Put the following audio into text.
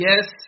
Yes